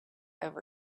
over